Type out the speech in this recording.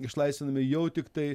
išlaisvinami jau tiktai